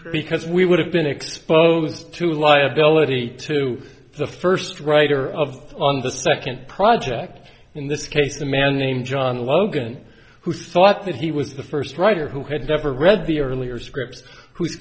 because we would have been exposed to liability to the first writer of the on the second project in this case a man named john logan who thought that he was the first writer who had ever read the earlier scripts whose